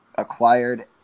acquired